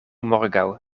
morgaŭ